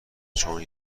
چون